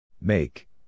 Make